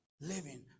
living